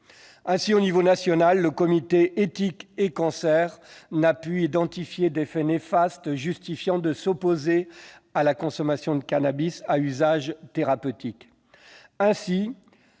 Ainsi, à l'échelon national, le Comité éthique et cancer n'a pas identifié d'effets néfastes justifiant de s'opposer à la consommation du cannabis à usage thérapeutique.